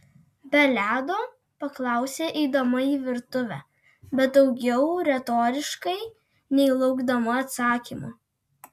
be ledo paklausė eidama į virtuvę bet daugiau retoriškai nei laukdama atsakymo